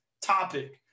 topic